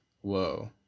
whoa